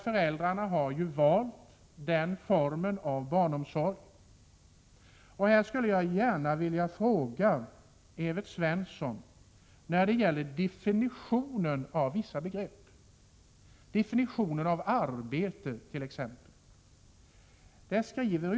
Föräldrarna har ju då valt denna form av barnomsorg. I detta sammanhang skulle jag gärna vilja fråga Evert Svensson om definitionen på vissa begrepp, t.ex. definitionen av arbete.